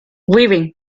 weaving